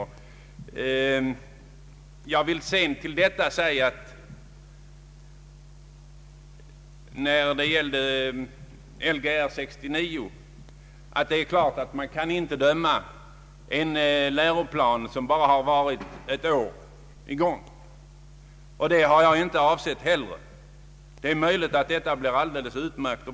Vad Lgr 69 beträffar vill jag säga att man inte kan döma en läroplan som bara varit i kraft ett år. Det har jag inte heller avsett att göra. Det är möjligt att detta blir alldeles utmärkt.